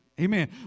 Amen